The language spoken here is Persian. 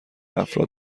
افراد